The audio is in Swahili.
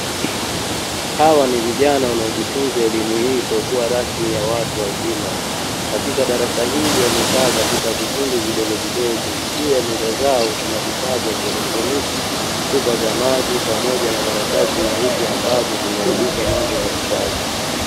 Hawa ni vijana wanaojifunza elimu hii isiyokuwa rasmi ya watu wazima, Katika darasa hili wamekaa katika vikundi vidogovidogo, Juu ya meza zao kuna vifaa vya kielektroniki, chupa za maji pamoja na karatasi nyeupe ambazo zimeandikwa mambo mbalimbali.